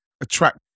attract